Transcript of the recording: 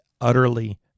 utterly